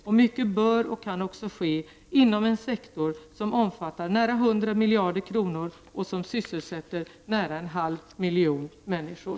Och mycket bör och kan också ske inom en sektor som omfattar nära 100 miljarder kronor och som sysselsätter nära en halv miljon människor.